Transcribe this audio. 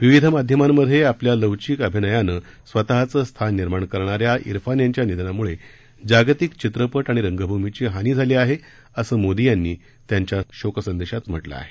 विविध माध्यमांमधे आपल्या लवचिक अभिनयानं स्वतःचं स्थान निर्माण करणाऱ्या इरफान यांच्या निधनामुळे जागतिक चित्रपट आणि रंगभूमीची हानी झाली आहे असं मोदी यांनी त्यांच्या शोकसंदेशात म्हटलंय